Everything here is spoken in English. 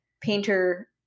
painter